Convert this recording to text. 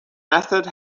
method